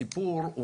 הסיפור הוא